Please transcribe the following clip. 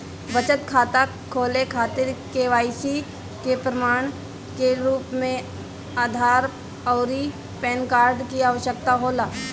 बचत खाता खोले खातिर के.वाइ.सी के प्रमाण के रूप में आधार आउर पैन कार्ड की आवश्यकता होला